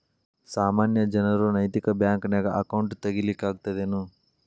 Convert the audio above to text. ಸಾಮಾನ್ಯ ಜನರು ನೈತಿಕ ಬ್ಯಾಂಕ್ನ್ಯಾಗ್ ಅಕೌಂಟ್ ತಗೇ ಲಿಕ್ಕಗ್ತದೇನು?